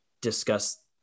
discuss